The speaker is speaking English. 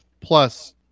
plus